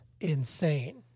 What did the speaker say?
insane